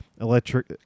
electric